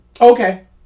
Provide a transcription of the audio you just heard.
Okay